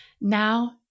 Now